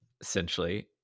essentially